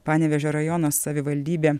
panevėžio rajono savivaldybė